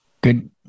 Good